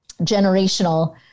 generational